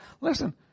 listen